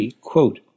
quote